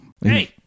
Hey